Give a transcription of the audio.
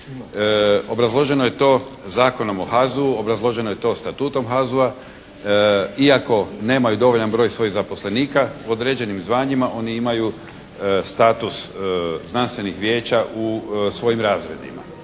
Obrazloženo je to Zakonom o HAZO-u, obrazloženo je to statutom HAZO-a iako nemaju dovoljan broj svojih zaposlenika, određenim zvanjima oni imaju status znanstvenih vijeća u svojim razredima